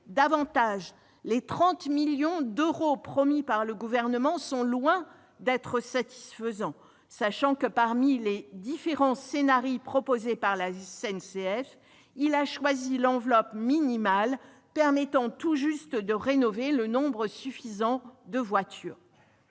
davantage : les 30 millions d'euros promis par le Gouvernement sont loin d'être satisfaisants, sachant que, parmi les différents scenarii proposés par la SNCF, on a choisi l'enveloppe minimale, permettant tout juste de rénover le nombre suffisant de voitures.